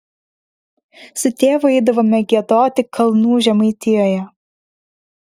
su tėvu eidavome giedoti kalnų žemaitijoje